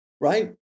Right